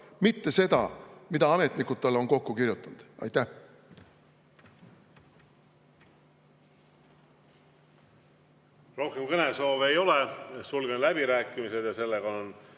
mitte seda, mida ametnikud on talle kokku kirjutanud. Aitäh!